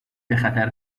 بخطر